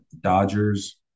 Dodgers